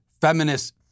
feminists